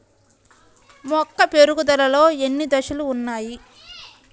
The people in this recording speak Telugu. మొక్క పెరుగుదలలో ఎన్ని దశలు వున్నాయి?